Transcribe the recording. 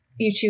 youtube